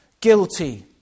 guilty